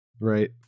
right